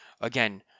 Again